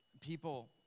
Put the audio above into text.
people